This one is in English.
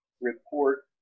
report